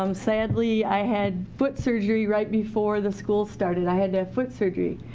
um sadly i had foot surgery right before the school started i had to have foot surgery.